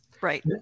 Right